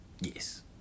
yes